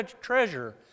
treasure